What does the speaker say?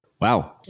Wow